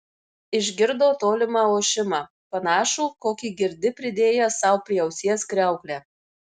išgirdo tolimą ošimą panašų kokį girdi pridėjęs sau prie ausies kriauklę